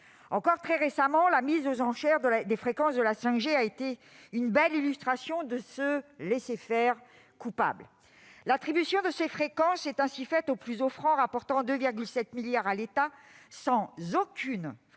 Encore très récemment, la mise aux enchères des fréquences de la 5G a été une belle illustration de ce laisser-faire coupable. L'attribution de ces fréquences, qui s'est faite au plus offrant et a rapporté 2,7 milliards d'euros, n'avait